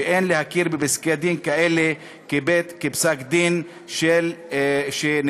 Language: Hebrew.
שאין להכיר בפסקי-דין כאלה כפסק-דין שניתן